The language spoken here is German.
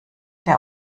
der